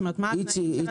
זאת אומרת באלו תנאים.